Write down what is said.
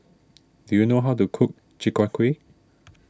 do you know how to cook Chi Kak Kuih